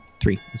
Three